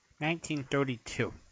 1932